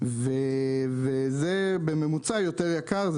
וזה בממוצע יותר יקר,